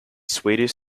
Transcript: swedish